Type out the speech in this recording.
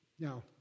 Now